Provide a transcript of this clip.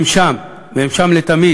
הם שם, והם שם לתמיד.